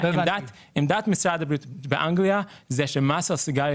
עמדת משרד הבריאות באנגליה היא שמס על סיגריות